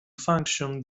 functions